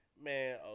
man